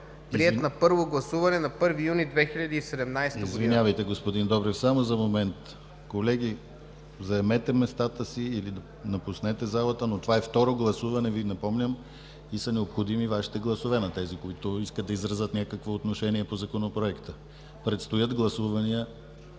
приет на първо гласуване на 1 юни 2017 г.“ ПРЕДСЕДАТЕЛ ДИМИТЪР ГЛАВЧЕВ: Извинявайте, господин Добрев, само за момент. Колеги, заемете местата си или напуснете залата, но това е второ гласуване и Ви напомням, че са необходими Вашите гласове – на тези, които искат да изразят някакво отношение по Законопроекта. Предстоят гласувания.